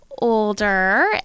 older